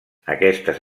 aquestes